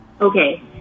Okay